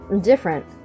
different